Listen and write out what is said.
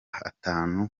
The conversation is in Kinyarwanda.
atanu